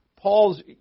Paul's